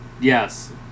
Yes